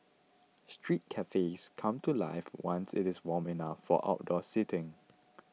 street cafes come to life once it is warm enough for outdoor seating